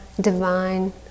Divine